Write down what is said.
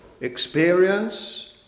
experience